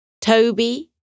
Toby